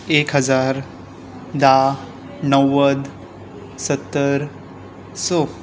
एक हजार धा णव्वद स